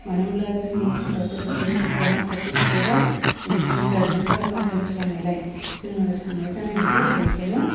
मानो होमब्ला जोंनि गथ'फोरनि इकजामा खाथि सौफैबाय बेनिखायनो गार्जेनफोरा कमप्लेन खालामनायलाय जोङो थांनाय जानाय नंलिया बिनिखायनो